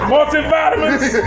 Multivitamins